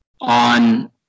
on